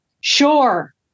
Sure